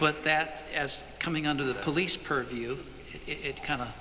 but that as coming under the police purview it kind